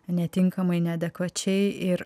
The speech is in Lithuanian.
netinkamai neadekvačiai ir